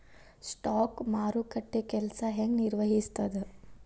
stock ಮಾರುಕಟ್ಟೆ ಕೆಲ್ಸ ಹೆಂಗ ನಿರ್ವಹಿಸ್ತದ